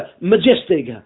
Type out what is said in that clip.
majestic